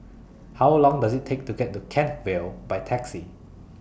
How Long Does IT Take to get to Kent Vale By Taxi